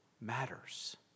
matters